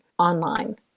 online